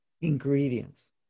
ingredients